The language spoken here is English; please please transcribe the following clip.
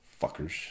Fuckers